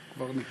קברניט.